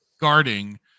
guarding